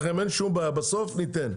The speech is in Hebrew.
בסוף ניתן לכם.